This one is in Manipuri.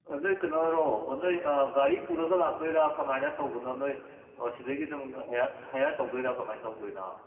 ꯅꯣꯏ ꯀꯩꯅꯣꯔꯣ ꯅꯣꯏ ꯒꯥꯔꯤ ꯄꯨꯔꯒ ꯂꯥꯛꯇꯣꯏꯔ ꯀꯃꯥꯏꯅ ꯇꯧꯕꯅꯣ ꯅꯣꯏ ꯁꯤꯗꯒꯤ ꯑꯗꯨꯝ ꯍꯥꯏꯌꯔ ꯇꯧꯗꯣꯏꯔ ꯀꯃꯥꯏ ꯇꯧꯗꯣꯏꯅꯣ